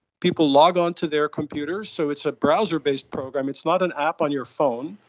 people log on to their computers, so it's a browser-based program, it's not an app on your phone,